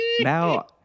now